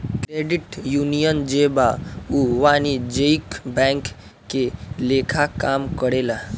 credit union जे बा उ वाणिज्यिक बैंक के लेखा काम करेला